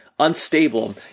unstable